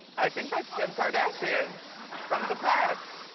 i think that's kim kardashian from the past.